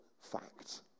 fact